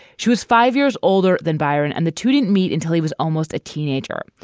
she was five years older than byron, and the two didn't meet until he was almost a teenager.